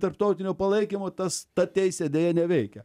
tarptautinio palaikymo tas ta teisė deja neveikia